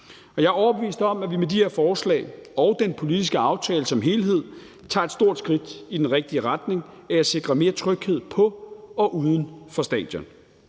Jeg er overbevist om, at vi med de her forslag og den politiske aftale som helhed tager et stort skridt i den rigtige retning mod at sikre mere tryghed på og uden for stadion.